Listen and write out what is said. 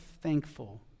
thankful